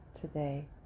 today